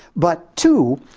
but two,